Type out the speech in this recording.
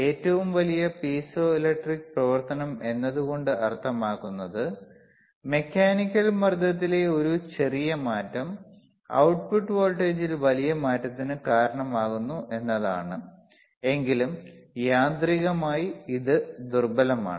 ഏറ്റവും വലിയ piezo electric പ്രവർത്തനം എന്നതുകൊണ്ട് അർത്ഥമാക്കുന്നത് മെക്കാനിക്കൽ മർദ്ദത്തിലെ ഒരു ചെറിയ മാറ്റം output വോൾട്ടേജിൽ വലിയ മാറ്റത്തിന് കാരണമാകുന്നു എന്നതാണ് എങ്കിലും യാന്ത്രികമായി ഇത് ദുർബലമാണ്